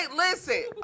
listen